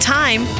time